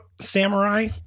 samurai